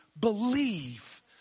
believe